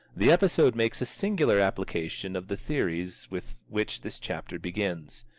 the episode makes a singular application of the theories with which this chapter begins.